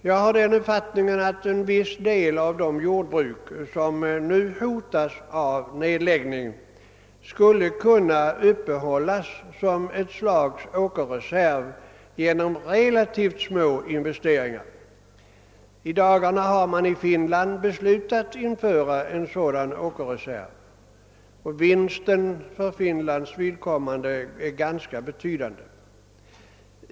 Jag har den uppfattningen att en viss del av de jordbruk som nu hotas av nedläggning skulle kunna uppehållas som ett slags åkerreserv genom relativt små investeringar. Man har i dagarna i Finland beslutat införa en sådan åkerreserv. Vinsten för Finlands vidkommande är ganska betydande.